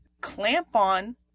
clamp-on